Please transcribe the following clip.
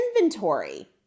inventory